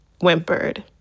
whimpered